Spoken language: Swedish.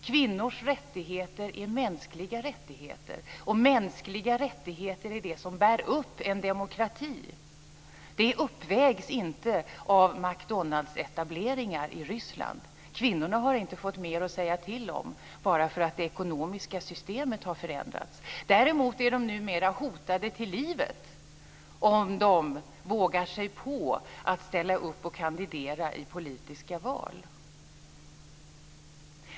Kvinnors rättigheter är mänskliga rättigheter, och mänskliga rättigheter är det som bär upp en demokrati. Det uppvägs inte av McDonald s-etableringar i Ryssland. Kvinnorna har inte fått mer att säga till om bara för att det ekonomiska systemet har förändrats. Däremot är de numera hotade till livet om de vågar sig på att ställa upp och kandidera i politiska val.